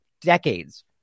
decades